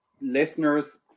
listeners